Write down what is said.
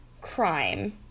crime